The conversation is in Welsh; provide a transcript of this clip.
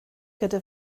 gyda